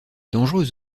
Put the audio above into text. dangereuse